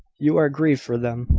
you are grieved for them,